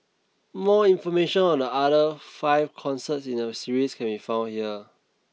more information on the other five concerts in the series can be found here